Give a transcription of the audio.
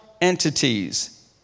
entities